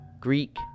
Greek